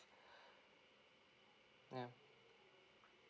yeah